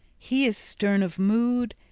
he is stern of mood,